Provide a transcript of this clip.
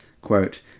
quote